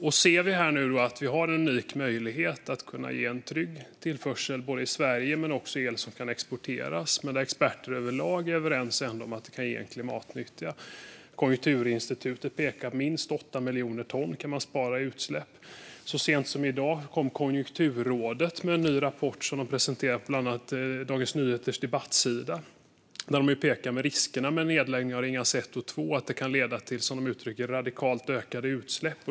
Vi ser nu att vi har en unik möjlighet att ge en trygg tillförsel i Sverige men också att el kan exporteras. Experter är överlag ändå överens om att det kan ge en klimatnytta. Konjunkturinstitutet pekar på att man kan spara minst 8 miljoner ton i utsläpp. Så sent som i dag kom Konjunkturrådet med en ny rapport som de presenterat på bland annat Dagens Nyheters debattsida. Där pekar man på riskerna med en nedläggning av Ringhals 1 och 2 och att det kan leda till, som de uttrycker det, radikalt ökade utsläpp.